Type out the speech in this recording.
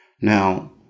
Now